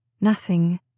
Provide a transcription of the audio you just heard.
Nothing